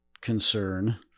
concern